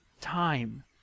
time